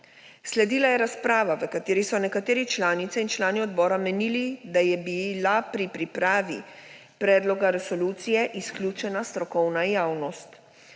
Sledila je razprava, v kateri so nekateri članice in člani odbora menili, da je bila pri pripravi predloga resolucije izključena strokovna javnost.